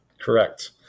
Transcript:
Correct